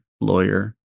lawyer